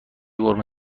قرمه